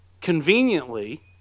conveniently